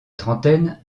trentaine